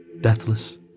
deathless